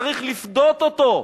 צריך לפדות אותו.